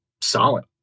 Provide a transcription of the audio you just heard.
solid